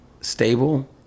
stable